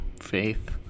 faith